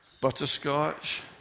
Butterscotch